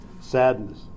sadness